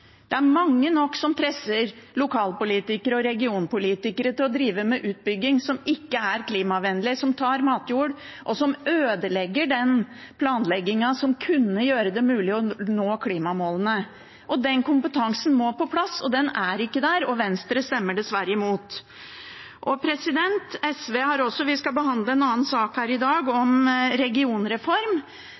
Det er mange nok som presser lokalpolitikere og regionpolitikere til å drive med utbygging som ikke er klimavennlig, som tar matjord, og som ødelegger den planleggingen som kunne gjøre det mulig å nå klimamålene. Den kompetansen må på plass, den er ikke der, men Venstre stemmer dessverre imot. Vi skal behandle en annen sak her i dag, om regionreform,